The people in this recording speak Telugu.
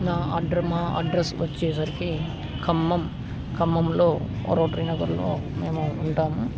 నా అడర్ మా అడ్రస్ వచ్చేసరికి ఖమ్మం ఖమ్మంలో రోటరీ నగర్లో మేము ఉంటాము